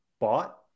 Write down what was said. bought